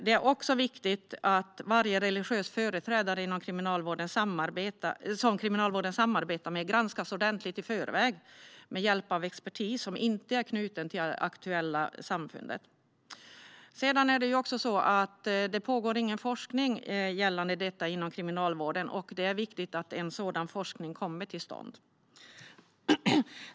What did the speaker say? Det är även viktigt att varje religiös företrädare som kriminalvården samarbetar med granskas ordentligt i förväg. Detta bör ske med hjälp av expertis som inte är knuten till det aktuella samfundet. Det pågår ingen forskning om detta inom kriminalvården. Det är viktigt att sådan forskning kommer till stånd.